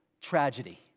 tragedy